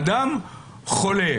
אדם חולה